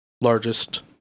largest